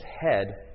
head